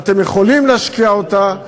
ואתם יכולים להשקיע אותה,